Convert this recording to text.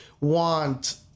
want